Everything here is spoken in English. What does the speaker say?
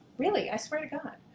really! i swear to god!